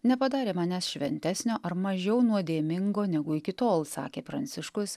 nepadarė manęs šventesnio ar mažiau nuodėmingo negu iki tol sakė pranciškus